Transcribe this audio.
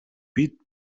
бид